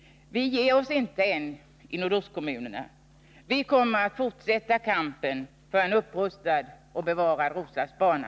Vi ger oss inte än i nordostkommunerna. Vi kommer att fortsätta kampen för en upprustad och bevarad Roslagsbana.